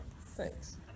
Thanks